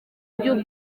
by’ubu